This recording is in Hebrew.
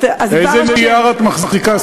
איזה נייר את מחזיקה?